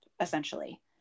essentially